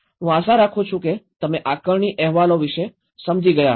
હું આશા રાખું છું કે તમે આકારણી અહેવાલો વિશે સમજી ગયા હશો